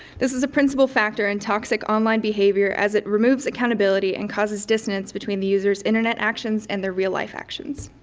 this is a principal factor in toxic online behavior as it removes accountability and causes dissonance between the user's internet actions and their real-life actions.